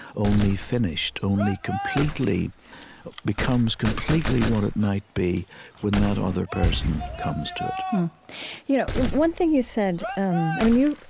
only finished, only completely becomes completely what it might be when that other person comes to it you know you know, one thing you said um i mean, you,